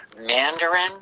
Mandarin